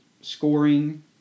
scoring